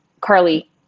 Carly